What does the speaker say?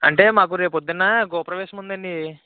అంటే మాకు రేపు పొద్దున గృహప్రవేశము ఉందండి